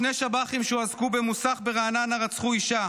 שני שב"חים שהועסקו במוסך ברעננה רצחו אישה,